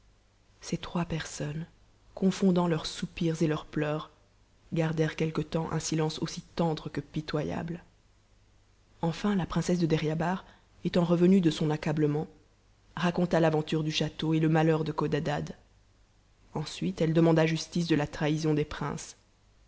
ces trois personnes confondant leurs soupirs et leurs pleurs gardèrent quelque temps un silence aussi tendre que pitoyable enfin la princesse de deryabar étant revenue de son accablement raconta l'aventure du château et le malheur de codadad ensuite elle demanda justice de la trahison des princes